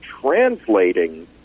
translating